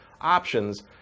options